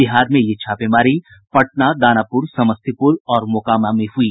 बिहार में ये छापेमारी पटना दानापुर समस्तीपुर और मोकामा में हुयी